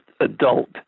adult